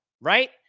right